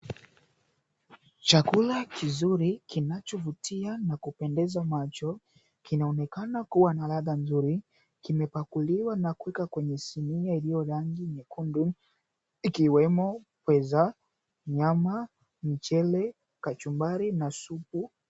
Chakula kizuri kinachovutia na kupendeza macho kinaonekana kua na ladha nzuri, kimepakuliwa na kuwekwa kwenye sinia iliyo rangi nyekundu ikiwemo pweza, nyama, mchele, kachumbari na supu.